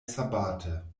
sabate